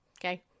Okay